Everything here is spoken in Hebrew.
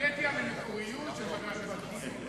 התפלאתי על המקוריות של חבר הכנסת חסון.